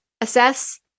assess